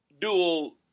dual